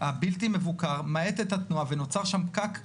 הבלתי מבוקר, מאט את התנועה ונוצר שם פקק אדיר.